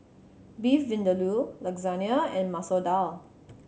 Beef Vindaloo Lasagna and Masoor Dal